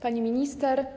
Pani Minister!